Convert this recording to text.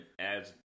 adds